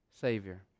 savior